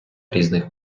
різних